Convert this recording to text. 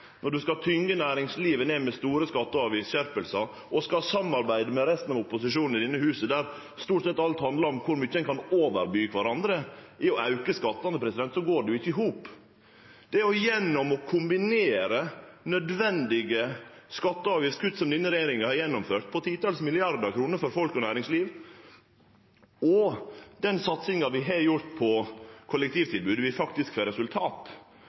Når ein skal tyngje næringslivet ned med store skatte- og avgiftsskjerpingar og samarbeide med resten av opposisjonen i dette huset, der stort sett alt handlar om kor mykje ein kan overby kvarandre i å auke skattane, går det ikkje i hop. Det er gjennom å kombinere nødvendige skatte- og avgiftskutt – som denne regjeringa har gjennomført, på titals milliardar kroner for folk og næringsliv – og den satsinga vi har gjort på kollektivtilbodet, at vi faktisk får resultat.